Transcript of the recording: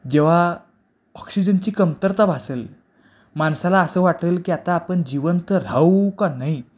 जेव्हा ऑक्सिजनची कमतरता भासेल माणसाला असं वाटेल की आता आपण जिवंत राहू का नाही